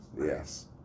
Yes